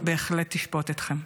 בהחלט תשפוט אתכם.